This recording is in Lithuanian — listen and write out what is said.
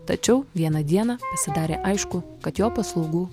tačiau vieną dieną pasidarė aišku kad jo paslaugų